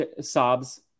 sobs